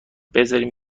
بذارین